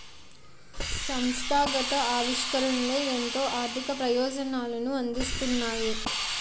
సంస్థాగత ఆవిష్కరణలే ఎంతో ఆర్థిక ప్రయోజనాలను అందిస్తున్నాయి